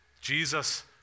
Jesus